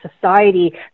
society